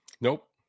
Nope